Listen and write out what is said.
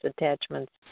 attachments